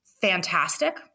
fantastic